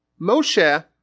Moshe